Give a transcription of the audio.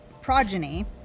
progeny